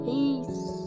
Peace